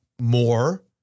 more